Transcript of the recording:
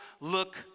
look